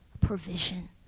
provision